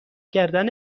کردن